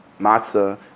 matzah